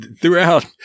Throughout